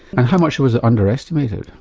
and how much was it under-estimated?